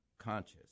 conscious